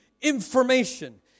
information